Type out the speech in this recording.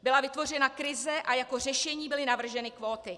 Byla vytvořena krize a jako řešení byly navrženy kvóty.